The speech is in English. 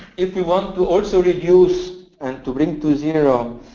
if you want to also reduce and to bring to zero,